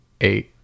eight